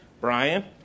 Brian